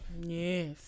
Yes